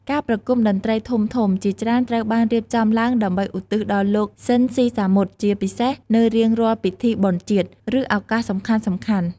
ការប្រគុំតន្ត្រីធំៗជាច្រើនត្រូវបានរៀបចំឡើងដើម្បីឧទ្ទិសដល់លោក ស៊ីន ស៊ីសាមុត ជាពិសេសនៅរៀងរាល់ពិធីបុណ្យជាតិ ឬឱកាសសំខាន់ៗ ។